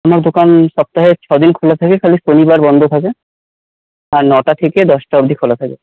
আমার দোকান সপ্তাহে ছ দিন খোলা থাকে খালি শনিবার বন্ধ থাকে আর নটা থেকে দশটা অবধি খোলা থাকে